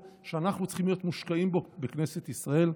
שאנחנו צריכים להיות מושקעים בו בכנסת ישראל.